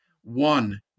One